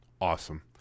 Awesome